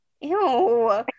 Ew